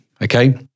okay